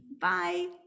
Bye